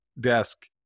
desk